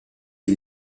del